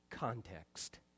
Context